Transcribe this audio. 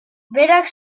berak